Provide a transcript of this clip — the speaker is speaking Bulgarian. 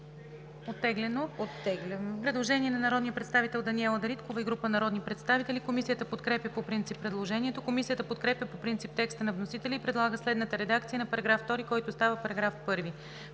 То е оттеглено. Предложение от народния представител Даниела Дариткова и група народни представители. Комисията подкрепя по принцип предложението. Комисията подкрепя по принцип текста на вносителя и предлага следната редакция на § 2, който става § 1: „§ 1.